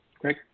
Greg